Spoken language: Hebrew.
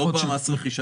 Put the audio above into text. לא במס רכישה.